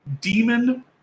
demon